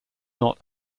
not